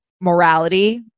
morality